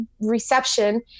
reception